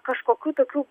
kažkokių tokių